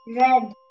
Red